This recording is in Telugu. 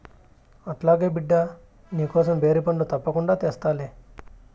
అట్లాగే బిడ్డా, నీకోసం బేరి పండ్లు తప్పకుండా తెస్తాలే